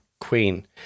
Queen